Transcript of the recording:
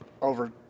over